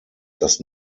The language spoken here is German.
das